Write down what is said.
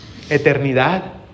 Eternidad